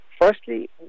Firstly